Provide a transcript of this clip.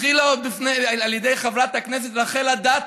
התחילה על ידי חברת הכנסת רחל אדטו,